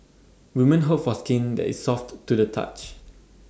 woman hope for skin that is soft to the touch